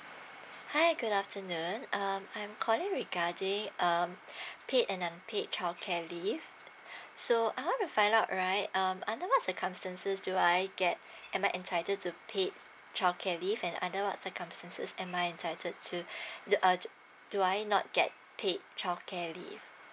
hi good afternoon um I'm calling regarding um paid and unpaid childcare leave so I want to find out right um under what's the circumstances do I get am I entitled to paid childcare leave and under what's circumstances am I entitled to the uh do I not get paid childcare leave